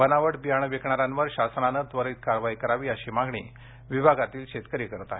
बनावट बियाणं विकणाऱ्यांवर शासनानं त्वरीत कारवाई करावी अशी मागणी विभागातील शेतकरी करत आहेत